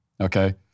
okay